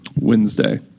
Wednesday